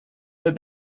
her